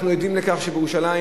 אנחנו עדים לכך שבירושלים